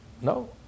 no